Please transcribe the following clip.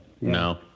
No